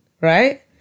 right